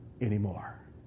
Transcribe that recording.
anymore